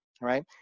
right